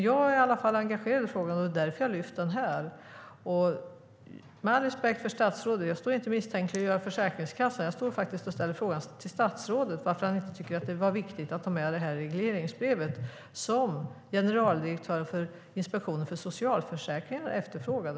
Jag är i alla fall engagerad i frågan, och det är därför jag har lyft upp den här. Med all respekt för statsrådet står jag inte här och misstänkliggör Försäkringskassan. Jag ställer en fråga till statsrådet om varför han inte tyckte att det var viktigt att i regleringsbrevet ta med det som generaldirektören för Inspektionen för socialförsäkringen efterfrågade.